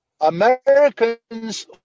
Americans